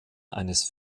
eines